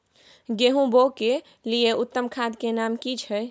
गेहूं बोअ के लिये उत्तम खाद के नाम की छै?